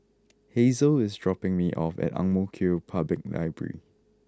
Hazel is dropping me off at Ang Mo Kio Public Library